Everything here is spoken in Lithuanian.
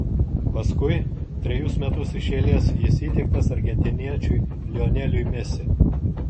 paskui trejus metus iš eilės jis įteiktas argentiniečiui lioneliui messi